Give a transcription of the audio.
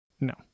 No